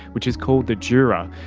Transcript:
which is called the dura,